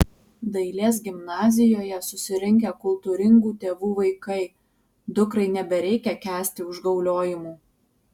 dailės gimnazijoje susirinkę kultūringų tėvų vaikai dukrai nebereikia kęsti užgauliojimų